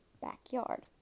backyard